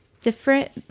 different